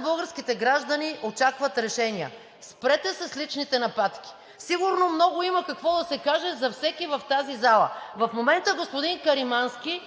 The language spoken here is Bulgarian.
българските граждани очакват от нас решения. Спрете с личните нападки! Сигурно има много какво да се каже за всеки в тази зала. В момента господин Каримански